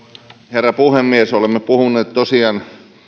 herra puhemies olemme puhuneet tosiaan